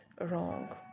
wrong